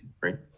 right